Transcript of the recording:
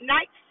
Night